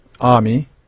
army